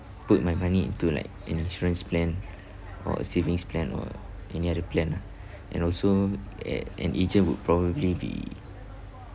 put my money into like an insurance plan or savings plan or any other plan lah and also a~ an agent would probably be